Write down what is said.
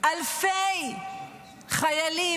אלפי חיילים,